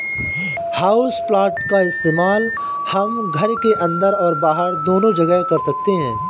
houseplant का इस्तेमाल हम घर के अंदर और बाहर दोनों जगह कर सकते हैं